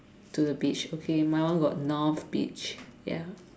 to the beach okay my one got north beach ya